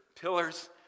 pillars